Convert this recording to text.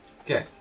Okay